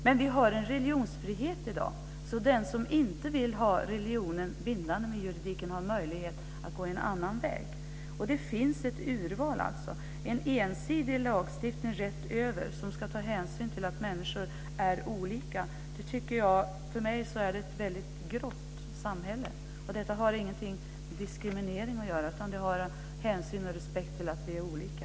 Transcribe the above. Men vi har en religionsfrihet, och den som inte vill ha religionen juridiskt bindande har möjlighet att gå en annan väg. Det finns ett urval. Ett samhälle med en ensidig lagstiftning rätt över som ska ta hänsyn till att människor är olika är för mig ett väldigt grått samhälle. Detta har ingenting med diskriminering att göra. Det har att göra med hänsyn och respekten för att vi är olika.